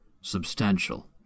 substantial